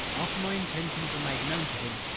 after my intentions are made known to him,